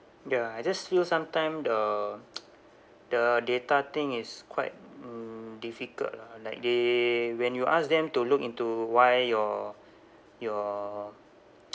ya I just feel sometime the the data thing is quite mm difficult lah like they when you ask them to look into why your your